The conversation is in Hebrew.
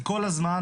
וכל הזמן,